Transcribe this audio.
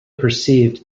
perceived